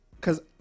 Cause